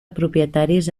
propietaris